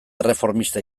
erreformista